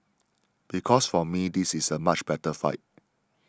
because for me this is a much better fight